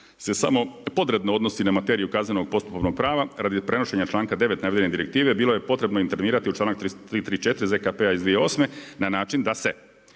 se samo podredno odnosi na materiju kaznenog postupovnog prava radi prenošenja članka 9. navedene direktive bilo je potrebno intervenirati u članak 334. ZKP-a iz 2008. na način da se